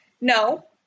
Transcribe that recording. no